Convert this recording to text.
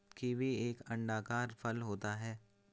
kiwi एक अंडाकार फल होता है